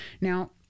now